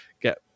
get